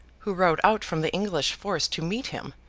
who rode out from the english force to meet him,